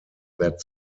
that